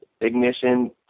ignition